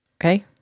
Okay